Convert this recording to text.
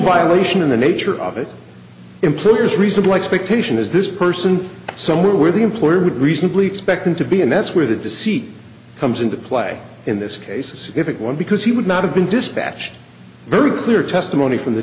lesion in the nature of it employers reasonable expectation is this person somewhere where the employer would reasonably expect him to be and that's where the deceit comes into play in this case a significant one because he would not have been dispatched very clear testimony from the